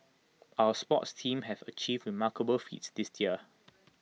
our sports teams have achieved remarkable feats this year